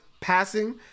passing